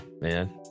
man